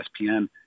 ESPN